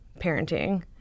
parenting